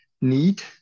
need